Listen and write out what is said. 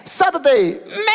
Saturday